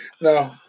No